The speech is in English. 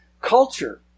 Culture